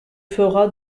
fera